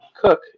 cook